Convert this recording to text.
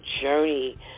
journey